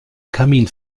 kamin